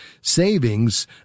savings